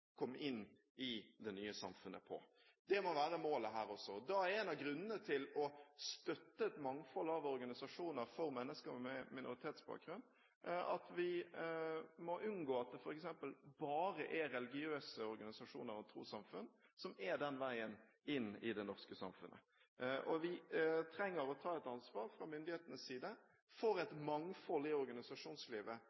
Det må være målet her også. En av grunnene til å støtte et mangfold av organisasjoner for mennesker med minoritetsbakgrunn er at vi må unngå at det f.eks. bare er religiøse organisasjoner og trossamfunn som er veien inn i det norske samfunnet. Vi trenger fra myndighetenes side å ta et ansvar